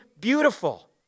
beautiful